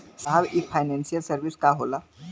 साहब इ financial service का होला?